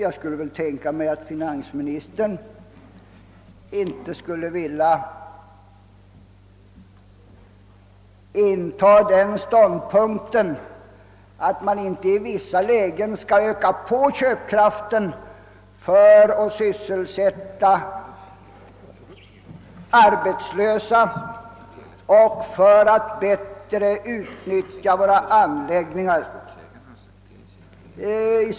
Jag skulle tänka mig att finansministern inte vill inta den ståndpunkten att man inte i vissa lägen skall öka köpkraften för att sysselsätta arbetslösa och för att bättre utnyttja våra anläggningar.